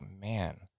man